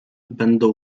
będą